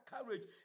courage